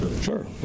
Sure